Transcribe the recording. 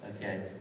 Okay